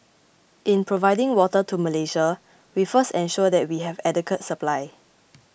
in providing water to Malaysia we first ensure that we have adequate supply